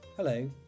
Hello